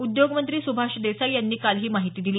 उद्योगमंत्री सुभाष देसाई यांनी काल ही माहिती दिली